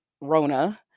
Rona